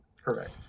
correct